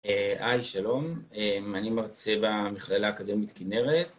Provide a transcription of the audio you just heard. היי, שלום. אני מרצה במכללה האקדמית כנרת